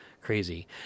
crazy